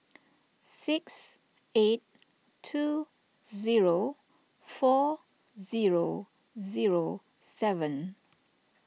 six eight two zero four zero zero seven